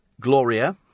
Gloria